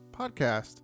podcast